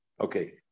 Okay